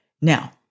Now